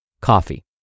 coffee